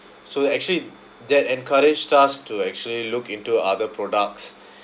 so actually that encouraged us to actually look into other products